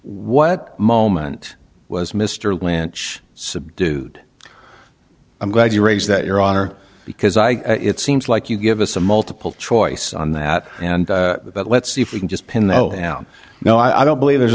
what moment was mr lynch subdued i'm glad you raised that your honor because i it seems like you give us a multiple choice on that and let's see if we can just pin though now no i don't believe there's